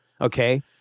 okay